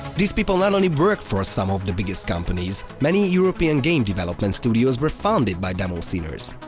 these people not only work for some of the biggest companies, many european game development studios were founded by demosceners.